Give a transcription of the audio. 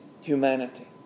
humanity